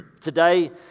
Today